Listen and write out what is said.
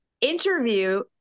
interview